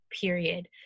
period